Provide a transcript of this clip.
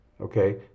okay